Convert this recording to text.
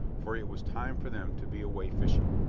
for it was time for them to be away fishing.